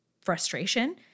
frustration